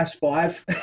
five